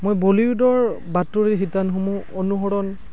মই বলিউডৰ বাতৰিৰ শিতানসমূহ অনুসৰণ